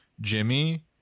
Jimmy